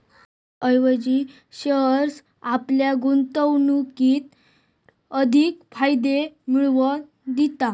भविष्याऐवजी शेअर्स आपल्या गुंतवणुकीर अधिक फायदे मिळवन दिता